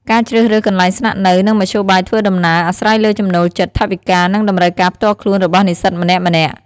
ការជ្រើសរើសកន្លែងស្នាក់នៅ និងមធ្យោបាយធ្វើដំណើរ អាស្រ័យលើចំណូលចិត្ត ថវិកា និងតម្រូវការផ្ទាល់ខ្លួនរបស់និស្សិតម្នាក់ៗ។